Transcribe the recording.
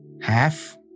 half